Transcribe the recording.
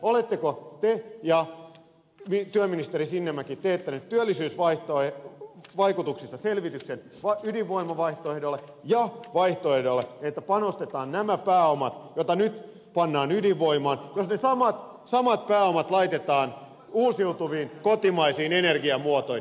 oletteko te ja työministeri sinnemäki teettäneet työllisyysvaikutuksista selvityksen ydinvoimavaihtoehdolle ja vaihtoehdolle että nämä samat pääomat joita nyt pannaan ydinvoimaan laitetaan uusiutuviin kotimaisiin energiamuotoihin